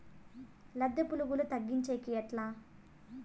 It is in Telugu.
లద్దె పులుగులు తగ్గించేకి ఎట్లా?